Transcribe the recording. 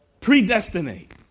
Predestinate